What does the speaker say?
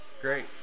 great